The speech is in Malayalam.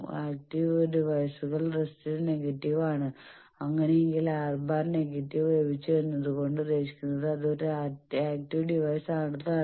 ആക്റ്റീവ് ഡിവൈസുകൾക്ക് റെസിസ്റ്റൻസ് നെഗറ്റീവ് ആണ് അങ്ങനെയെങ്കിൽ R⁻ നെഗറ്റീവ് ലഭിച്ചു എന്നാതുകൊണ്ട് ഉദ്ദേശിക്കുന്നത് അത് ഒരു ആക്റ്റീവ് ഡിവൈസ് ആണെന്നാണ്